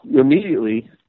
immediately